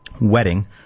wedding